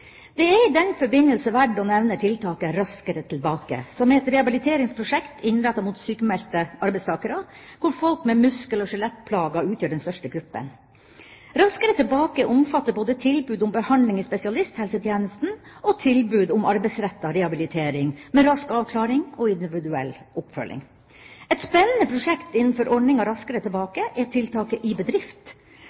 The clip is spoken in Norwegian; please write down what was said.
Det er i den forbindelse verdt å nevne tiltaket Raskere tilbake, som er et rehabiliteringsprosjekt innrettet mot sykmeldte arbeidstakere, hvor folk med muskel- og skjelettplager utgjør den største gruppa. Raskere tilbake omfatter både tilbud om behandling i spesialisthelsetjenesten og tilbud om arbeidsrettet rehabilitering, med rask avklaring og individuell oppfølging. Et spennende prosjekt innenfor ordninga Raskere tilbake er tiltaket